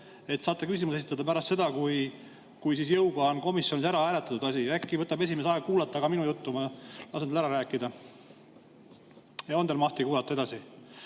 saate küsimusi esitada pärast seda, kui jõuga on komisjonis ära hääletatud see asi. Äkki võtab esimees aega kuulata ka minu juttu? Ma lasen tal ära rääkida. On teil mahti kuulata edasi?